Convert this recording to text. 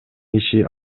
иши